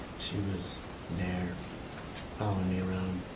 she was there following me around,